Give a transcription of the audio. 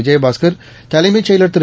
விஜயபாஸ்கா் தலைமைச் செயலர் திரு